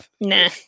Nah